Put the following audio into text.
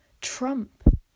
Trump